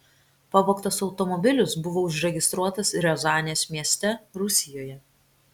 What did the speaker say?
pavogtas automobilis buvo užregistruotas riazanės mieste rusijoje